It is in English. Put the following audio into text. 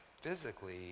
physically